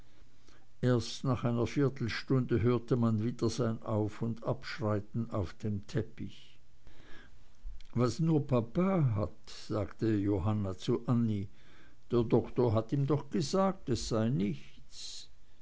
erst nach einer viertelstunde hörte man wieder sein aufundabschreiten auf dem teppich was nur papa hat sagte johanna zu annie der doktor hat ihm doch gesagt es sei nichts